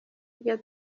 tujya